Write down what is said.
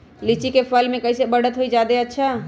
लिचि क फल म कईसे बढ़त होई जादे अच्छा?